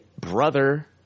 brother